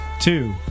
two